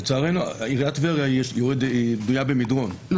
עיריית טבריה בנויה במדרון,